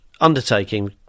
Undertaking